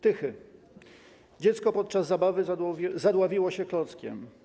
Tychy - dziecko podczas zabawy zadławiło się klockiem.